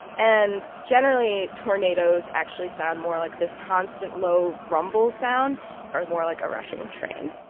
and generally, tornadoes actually sound more like this constant low rumble sound or more like a rushing train